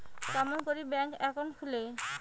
কেমন করি bank account খুলে?